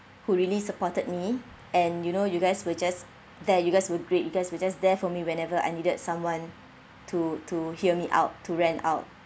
who really supported me and you know you guys were just there you guys will great you guys were just there for me whenever I needed someone to to hear me out to rant out